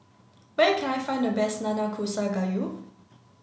where can I find the best Nanakusa gayu